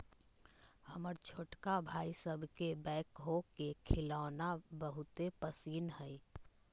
हमर छोटका भाई सभके बैकहो के खेलौना बहुते पसिन्न हइ